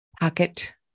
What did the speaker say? pocket